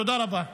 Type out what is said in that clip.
תודה רבה.